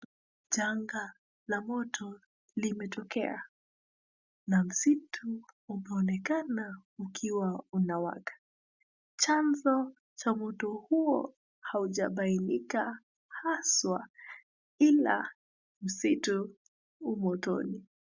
Janga la moto limetokea. Na msitu umeonekana ukiwa umewaka. Chanzo cha moto huo haujabainika haswa ila msitu u motoni.